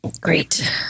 Great